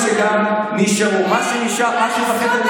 אז אדוני יישאר בדעתו,